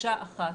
כמקשה אחת.